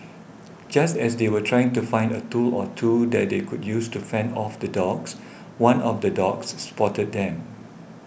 just as they were trying to find a tool or two that they could use to fend off the dogs one of the dogs spotted them